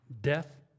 death